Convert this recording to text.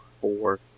four